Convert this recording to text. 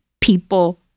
people